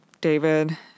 David